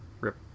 Rip